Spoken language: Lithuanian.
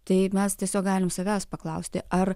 tai mes tiesiog galim savęs paklausti ar